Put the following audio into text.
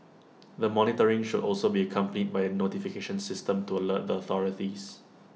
the monitoring should also be accompanied by A notification system to alert the authorities